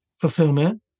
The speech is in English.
fulfillment